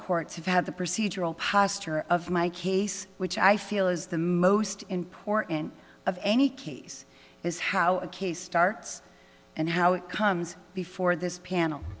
courts have had the procedural posture of my case which i feel is the most important of any case is how a case starts and how it comes before this panel